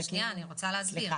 אני רוצה להסביר: